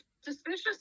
suspicious